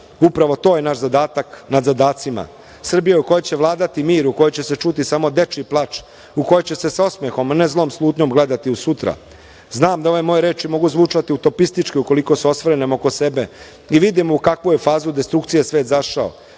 Upravo to je naš zadatak nad zadacima. Srbija u kojoj će vladati mir, u kojoj će se čuti samo dečji plač, u kojoj će se sa osmehom, a ne zlom slutnjom gledati u sutra. Znam da ove moje reči mogu zvučati utopistički, ukoliko se osvrnemo oko sebe i vidimo u kakvu je fazu destrukcije svet zašao,